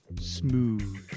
smooth